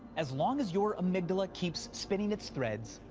as long as your amygdala keeps spinning its threads,